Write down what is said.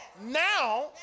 now